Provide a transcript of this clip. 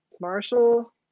Marshall